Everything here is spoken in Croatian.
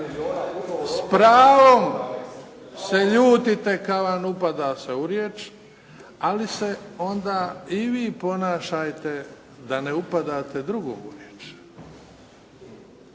s pravom se ljutite kad vam upada se u riječ, ali se onda i vi ponašajte da ne upadate drugom u riječ.